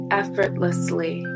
effortlessly